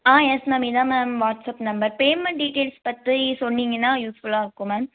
ஆ yes ma'am இதுதான் ma'am WhatsApp number payment details பற்றி சொன்னீங்கன்னால் யூஸ்ஃபுல்லாக இருக்கும் மேம்